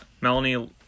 Melanie